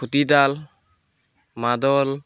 খুটিতাল মাদল